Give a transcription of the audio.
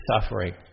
suffering